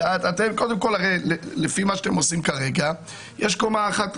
לפי מה שאתם עושים כרגע יש קומה אחת ראשונה,